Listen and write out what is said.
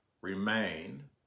remain